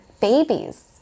babies